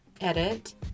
edit